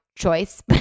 choice